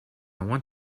want